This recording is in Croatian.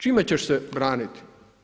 Čime ćeš se braniti?